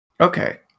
Okay